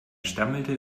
stammelte